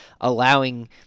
allowing